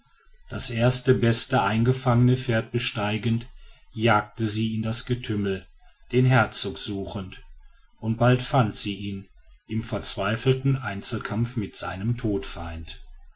das erste beste ihr eingefangene pferd besteigend jagte sie in das getümmel den herzog suchend und bald fand sie ihn im verzweifelten einzelkampf mit seinem todfeind